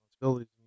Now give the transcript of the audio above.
responsibilities